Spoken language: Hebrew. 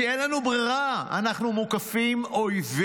כי אין לנו ברירה, אנחנו מוקפים אויבים.